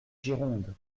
gironde